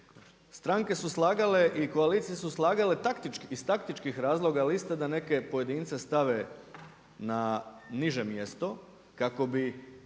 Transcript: Stranke su slagale i koalicije su slagale iz taktičkih razloga liste da neke pojedince stave na niže mjesto kako bi